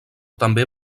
també